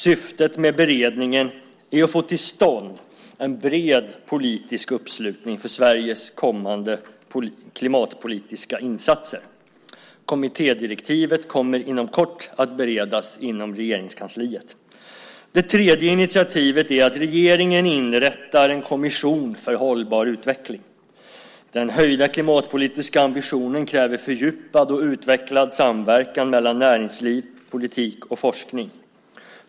Syftet med beredningen är att få till stånd en bred politisk uppslutning för Sveriges kommande klimatpolitiska insatser. Kommittédirektivet kommer inom kort att beredas inom Regeringskansliet. Det tredje initiativet är att regeringen inrättar en kommission för hållbar utveckling. Den höjda klimatpolitiska ambitionen kräver fördjupad och utvecklad samverkan mellan näringsliv, politik och forskning.